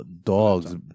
dogs